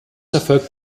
erfolgt